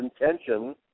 intention